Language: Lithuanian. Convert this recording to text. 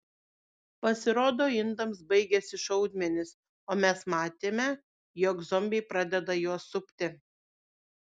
pasirodo indams baigėsi šaudmenys o mes matėme jog zombiai pradeda juos supti